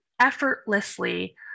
effortlessly